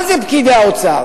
מה זה "פקידי האוצר"?